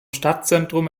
stadtzentrum